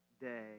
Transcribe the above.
day